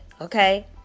okay